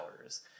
hours